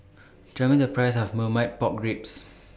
Tell Me The Price of Marmite Pork Ribs